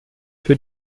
für